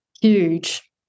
huge